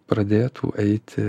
pradėtų eiti